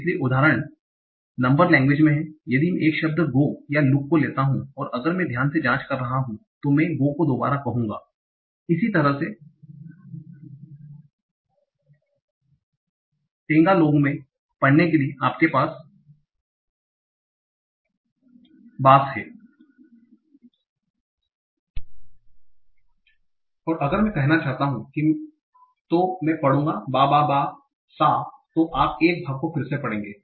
इसलिए उदाहरण number language में है यदि मैं एक शब्द गो या लूक को लेता हूं और अगर मैं ध्यान से जांच करना चाहता हूं तो मैं गो को दोबारा कहूँगा इसी तरह से टैगालोंग में पढ़ने के लिए आपके पास basa है और अगर मैं कहना चाहता हूं तो मैं पढ़ूंगा बा बा बा सा तो आप एक भाग को फिर से पढ़ेंगे